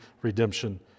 redemption